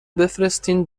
بفرستین